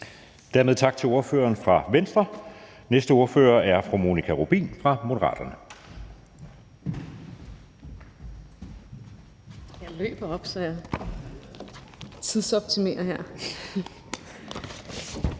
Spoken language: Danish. Dermed tak til ordføreren fra Venstre. Næste ordfører er fru Monika Rubin fra Moderaterne.